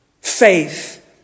Faith